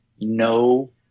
no –